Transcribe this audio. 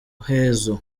muhezo